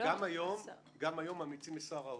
גם היום ממליצים לשר האוצר.